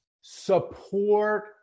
support